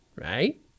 Right